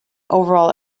overall